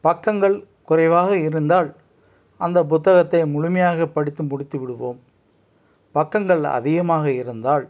பக்கங்கள் குறைவாக இருந்தால் அந்த புத்தகத்தை முழுமையாக படித்து முடித்து விடுவோம் பக்கங்கள் அதிகமாக இருந்தால்